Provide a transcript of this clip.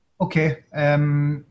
Okay